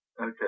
Okay